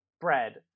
bread